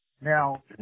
Now